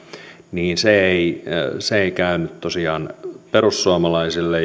niin se ei se ei käynyt tosiaan perussuomalaisille